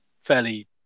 fairly